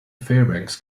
fairbanks